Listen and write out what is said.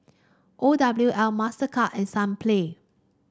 O W L Mastercard and Sunplay